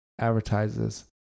advertises